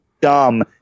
dumb